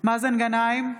מאזן גנאים,